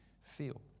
feel